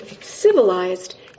civilized